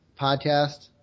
podcast